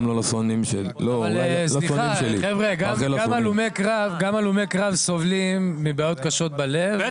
גם הלומי קרב סובלים מבעיות קשות בלב,